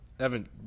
Evan